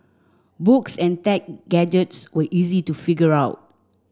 books and tech gadgets were easy to figure out